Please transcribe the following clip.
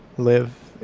live,